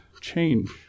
change